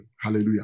Hallelujah